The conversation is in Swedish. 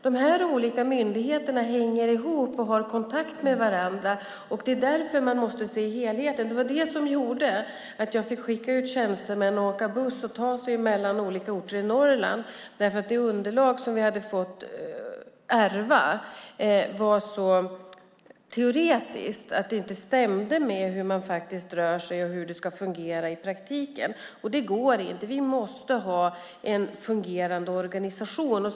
De här olika myndigheterna hänger ihop och har kontakt med varandra. Det är därför man måste se helheten. Det var det som gjorde att jag fick skicka ut tjänstemän att åka buss och ta sig mellan olika orter i Norrland. Det underlag som vi hade fått ärva var så teoretiskt att det inte stämde med hur man faktiskt rör sig och hur det ska fungera i praktiken. Det går inte. Vi måste ha en fungerande organisation.